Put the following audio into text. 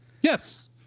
Yes